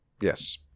Yes